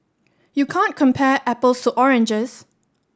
you can't compare apples to oranges